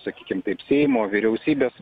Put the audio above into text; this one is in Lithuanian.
sakykim taip seimo vyriausybės